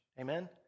amen